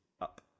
up